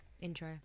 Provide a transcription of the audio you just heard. Intro